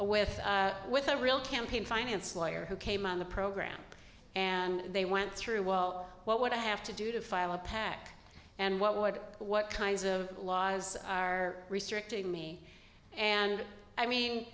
away with with a real campaign finance lawyer who came on the program and they went through well what would i have to do to file a pac and what would what kinds of laws are restricting me and i mean